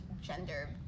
gender